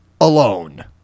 alone